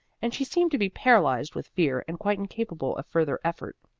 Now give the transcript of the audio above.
and she seemed to be paralyzed with fear and quite incapable of further effort.